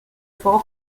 fuego